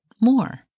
more